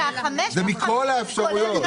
זה מכל האפשרויות.